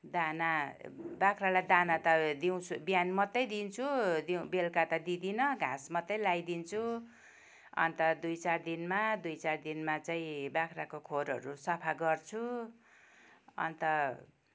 दाना बाख्रालाई दाना त दिउँसो बिहान मात्रै दिन्छु बेलुका त दिँदिन घाँस मात्रै लगाइदिन्छु अन्त दुई चार दिनमा दुई चार दिनमा चाहिँ बाख्राको खोरहरू साफा गर्छु अन्त